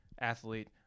athlete